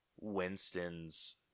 Winston's